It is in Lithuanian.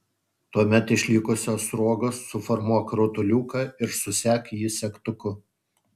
tuomet iš likusios sruogos suformuok rutuliuką ir susek jį segtuku